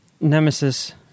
Nemesis